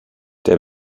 der